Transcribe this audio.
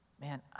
Man